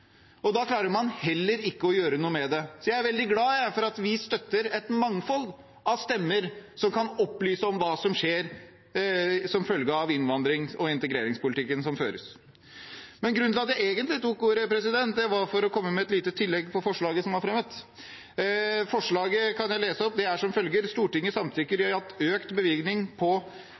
og da klarer man heller ikke å gjøre noe med det. Jeg er veldig glad for at vi støtter et mangfold av stemmer som kan opplyse om hva som skjer som følge av den innvandrings- og integreringspolitikken som føres. Men grunnen til at jeg egentlig tok ordet, var for å komme med et lite tillegg på forslaget som er fremmet. Forslaget kan jeg lese opp, det er som følger: «Stortinget samtykker i at økt bevilgning på